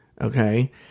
okay